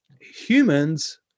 humans